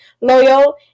loyal